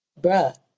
Bruh